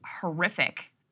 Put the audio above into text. horrific